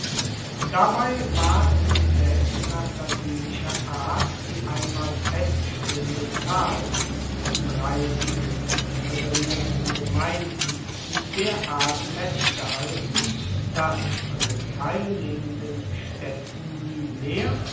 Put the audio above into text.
dabei ward indes nach latinischer art die einmal feststehende zahl von dreissig foederierten gemeinden in der art festgehalten dass von den teilnehmenden staedten nie mehr